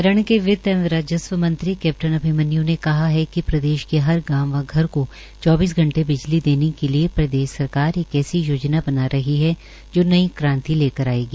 हरियाणा के वित्त एव राजस्व मंत्री कैप्टन अभिमन्यू ने कहा है कि प्रदेश के हर गांव व घर को चौबीस घंटे बिजली देने के लिए प्रदेश सरकार एक ऐसी योजना बना रही है जो नई क्रांति लेकर आयेगी